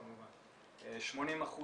כמובן 80%